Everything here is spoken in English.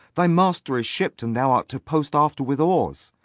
thy master is shipp'd, and thou art to post after with oars.